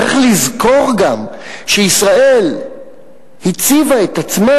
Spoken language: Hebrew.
צריך לזכור גם שישראל הציבה את עצמה,